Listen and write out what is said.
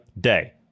day